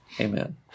amen